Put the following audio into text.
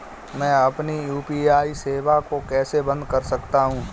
मैं अपनी यू.पी.आई सेवा को कैसे बंद कर सकता हूँ?